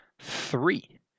Three